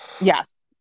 Yes